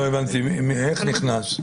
לא הבנתי איך זה נכנס.